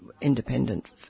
independent